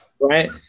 right